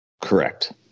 Correct